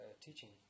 teaching